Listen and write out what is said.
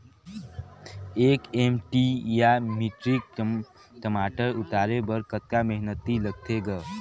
एक एम.टी या metric tonne टमाटर उतारे बर कतका मेहनती लगथे ग?